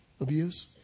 abuse